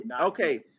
Okay